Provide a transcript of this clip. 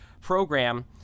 program